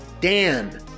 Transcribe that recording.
Dan